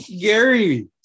Gary